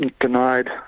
denied